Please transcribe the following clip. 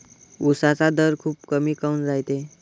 उसाचा दर खूप कमी काऊन रायते?